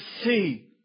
see